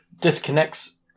disconnects